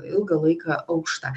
ilgą laiką aukšta